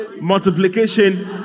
multiplication